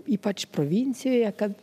ypač provincijoje kad